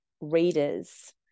readers